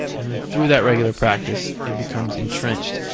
and through that regular practice it becomes entrenched.